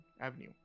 Avenue